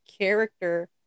character